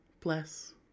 bless